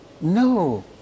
No